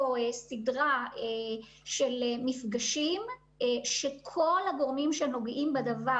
סדרה של מפגשים של כל הגורמים שנוגעים בדבר,